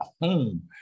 home